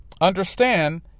understand